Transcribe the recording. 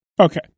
Okay